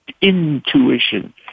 intuition